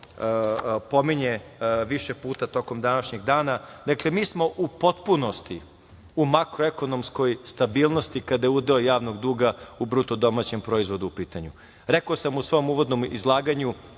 pominje više puta tokom današnjeg dana. Dakle, mi smo u potpunosti u makroekonomskoj stabilnosti kada je udeo javnog duga u BDP u pitanju. Rekao sam u svom uvodnom izlaganju,